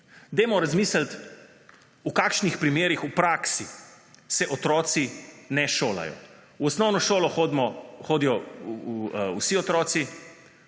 Dajmo razmisliti, v kakšnih primerih v praksi se otroci ne šolajo. V osnovno šolo hodijo vsi otroci,